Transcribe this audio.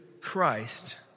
Christ